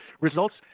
results